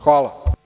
Hvala.